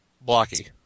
Blocky